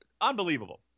unbelievable